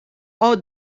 all